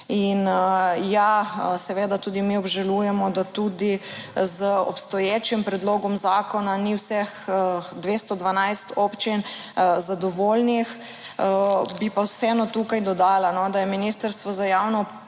In ja, seveda tudi mi obžalujemo, da tudi z obstoječim predlogom zakona ni vseh 212 občin zadovoljnih, bi pa vseeno tukaj dodala, da je Ministrstvo za javno